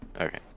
Okay